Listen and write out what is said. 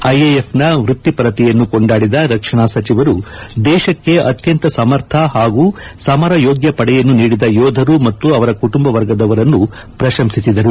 ಐಎಎಫ್ನ ವೈತ್ತಿಪರತೆಯನ್ನು ಕೊಂಡಾದಿದ ರಕ್ಷಣಾ ಸಚಿವರು ದೇಶಕ್ಕೆ ಅತ್ಯಂತ ಸಮರ್ಥ ಹಾಗೂ ಸಮರ ಯೋಗ್ಯ ಪಡೆಯನ್ನು ನೀಡಿದ ಯೋಧರು ಮತ್ತು ಅದರ ಕುಟುಂಬ ವರ್ಗದವರನ್ನು ಪ್ರಶಂಸಿದರು